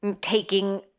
taking